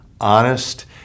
honest